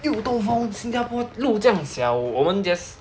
又兜风新家坡路这样小我们 just